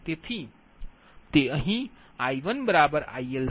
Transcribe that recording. તેથી તે અહીં I1IL છે